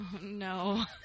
no